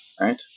right